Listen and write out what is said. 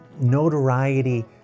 notoriety